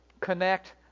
connect